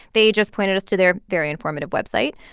they just pointed us to their very informative website.